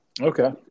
Okay